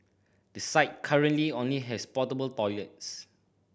the site currently only has portable toilets